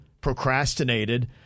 procrastinated